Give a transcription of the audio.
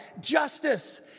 justice